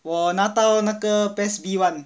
我拿到那个 PES B one